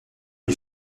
une